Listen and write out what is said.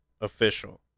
official